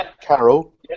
Carol